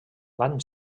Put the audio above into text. van